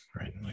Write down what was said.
right